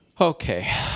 Okay